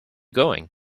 going